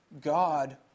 God